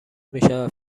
میشود